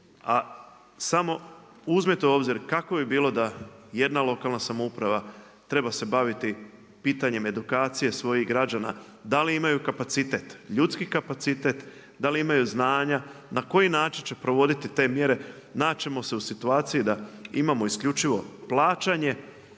a samo uzmete u obzir kako bi bilo da jedna lokalna samouprava treba se baviti pitanjem edukacije svojih građana, da li imaju kapacitet, ljudski kapacitet, da li imaju znanja, na koji način ćemo provoditi te mjere. Naći ćemo se u situaciji da imamo isključivo plaćanje